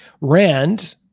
Rand